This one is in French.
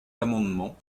amendement